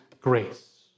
grace